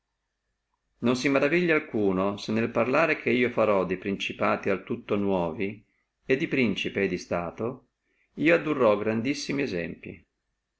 non si maravigli alcuno se nel parlare che io farò de principati al tutto nuovi e di principe e di stato io addurrò grandissimi esempli